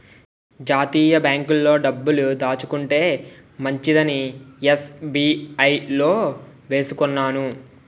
జాతీయ బాంకుల్లో డబ్బులు దాచుకుంటే మంచిదని ఎస్.బి.ఐ లో వేసుకున్నాను